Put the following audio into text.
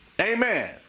Amen